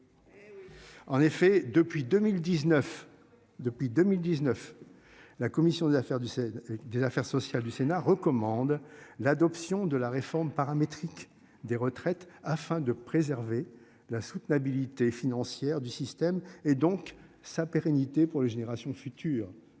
2019, depuis 2019, la commission des affaires du. Des affaires sociales du Sénat, recommande l'adoption de la réforme paramétrique des retraites afin de préserver la soutenabilité financière du système et donc sa pérennité, pour les générations futures.